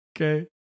Okay